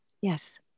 Yes